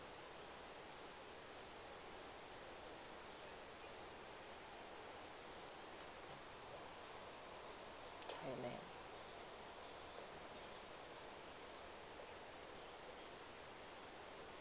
thailand